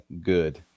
good